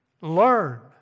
Learn